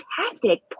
fantastic